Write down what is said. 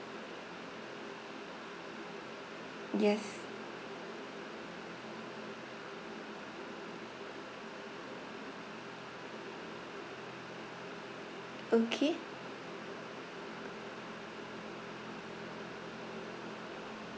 yes okay